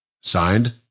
Signed